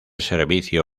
servicio